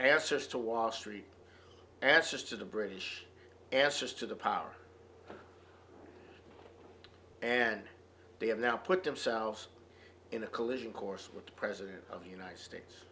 answers to wall street answers to the british answers to the power and they have now put themselves in a collision course with the president of united states